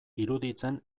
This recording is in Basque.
iruditzen